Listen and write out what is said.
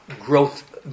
growth